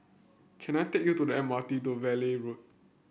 can I take you to the M R T to Valley Road